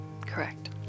Correct